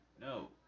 no